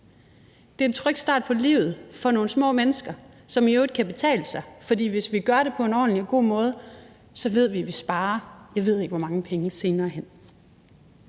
det er en tryg start på livet for nogle små mennesker, som i øvrigt kan betale sig, for hvis vi gør det på en ordentlig og god måde, ved vi, at vi sparer, jeg ved ikke, hvor mange penge senere hen.